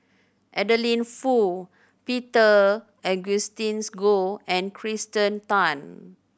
Adeline Foo Peter Augustine Goh and Kirsten Tan